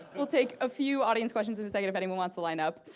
we'll take a few audience questions in a second if anyone wants to line up.